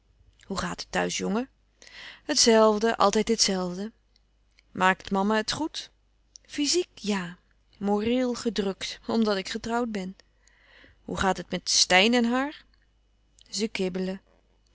hoe gaat het thuis jongen het zelfde altijd het zelfde maakt mama het goed fyziek ja moreel gedrukt omdat ik getrouwd ben hoe gaat het met steyn en haar ze kibbelen